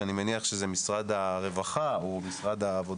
שאני מניח שזה משרד העבודה והרווחה